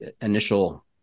initial